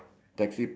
uh